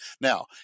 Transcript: Now